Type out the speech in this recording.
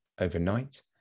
overnight